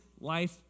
life